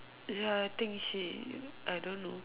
ya I think she I don't know